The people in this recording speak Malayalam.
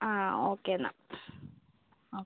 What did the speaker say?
ആ ഓക്കെ എന്നാൽ ആ